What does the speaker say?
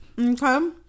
okay